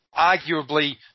arguably